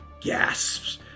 gasps